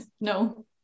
No